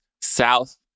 South